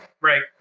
Right